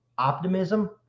optimism